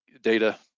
data